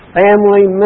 family